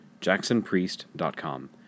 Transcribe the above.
jacksonpriest.com